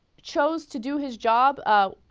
chose to do his job ah. ah.